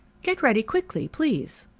get ready quickly, please.